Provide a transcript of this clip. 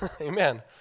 Amen